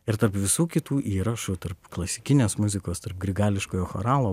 ir tarp visų kitų įrašų tarp klasikinės muzikos tarp grigališkojo choralo